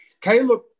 Caleb